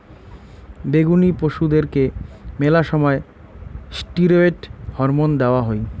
বেঙনি পশুদেরকে মেলা সময় ষ্টিরৈড হরমোন দেওয়া হই